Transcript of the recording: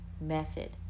method